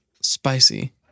spicy